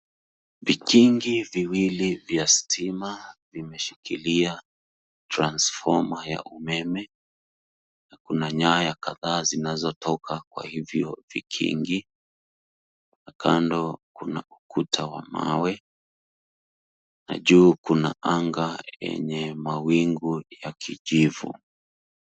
Vikingi viwili vya stima vimeshikilia transfoma ya umeme na kuna nyaya kadhaa zinazotoka kwa hivyo vikingi. Kando kuna ukuta wa mawe na juu kuna anga yenye mawingu ya kijivu.